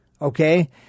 Okay